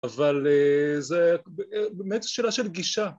‫אבל זו באמת שאלה של גישה.